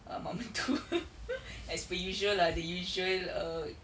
err mak mertua as per usual lah the usual err